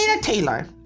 Taylor